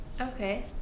Okay